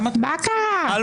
-- על